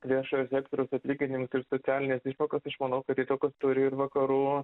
viešojo sektoriaus atlyginimus ir socialines išmokas tai kad aš manau kad įtakos turi ir vakarų